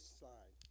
slide